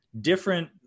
different